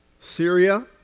Syria